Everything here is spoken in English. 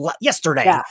yesterday